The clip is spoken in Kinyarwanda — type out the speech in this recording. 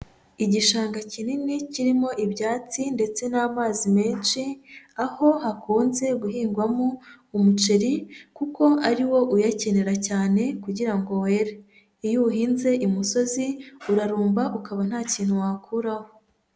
Igishanga kinini kirimo ibyatsi ndetse n'amazi menshi aho hakunze guhingwamo umuceri kuko ari wo uyakenera cyane kugira ngo were, iyo uwuhinze imusozi urarumba ukaba nta kintu wakuramo.